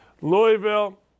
Louisville –